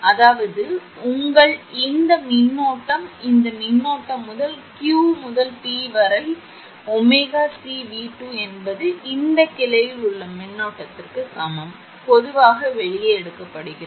அதாவது உங்கள் இந்த மின்னோட்டம் இந்த மின்னோட்டம் இந்த Q முதல் P வரை இந்த மின்னோட்டம் 𝜔𝐶𝑉2 என்பது இந்த கிளையில் உள்ள மின்னோட்டத்திற்கு சமம் 𝜔𝐶𝑉1 பொதுவாக வெளியே எடுக்கப்படுகிறது